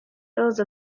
those